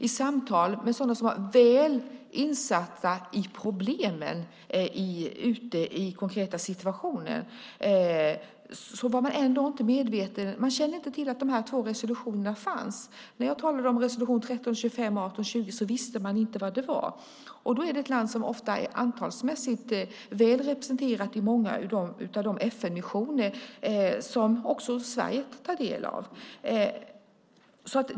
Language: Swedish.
I samtal med sådana som var väl insatta i problemen ute i den konkreta situationen var man ändå inte medveten och kände inte till att de två resolutionerna fanns. När jag talade om resolutionerna 1325 och 1820 visste man inte vad det var. Indien är ett land som ofta antalsmässigt är väl representerat i många av de FN-missioner som också Sverige tar del av.